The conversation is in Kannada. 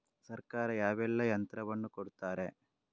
ಸರ್ಕಾರ ಯಾವೆಲ್ಲಾ ಯಂತ್ರವನ್ನು ಕೊಡುತ್ತಾರೆ?